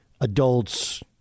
adults